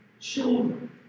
children